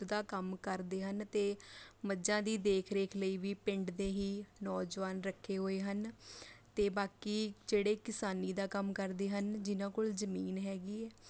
ਦੁੱਧ ਦਾ ਕੰਮ ਕਰਦੇ ਹਨ ਅਤੇ ਮੱਝਾਂ ਦੀ ਦੇਖ ਰੇਖ ਲਈ ਵੀ ਪਿੰਡ ਦੇ ਹੀ ਨੌਜਵਾਨ ਰੱਖੇ ਹੋਏ ਹਨ ਅਤੇ ਬਾਕੀ ਜਿਹੜੇ ਕਿਸਾਨੀ ਦਾ ਕੰਮ ਕਰਦੇ ਹਨ ਜਿਨਾਂ ਕੋਲ ਜ਼ਮੀਨ ਹੈਗੀ ਹੈ